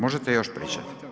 Možete još pričat.